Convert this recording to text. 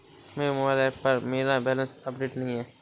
मेरे mobile app पर मेरा बैलेंस अपडेट नहीं है